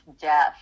death